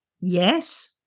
yes